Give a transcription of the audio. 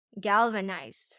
galvanized